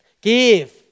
Give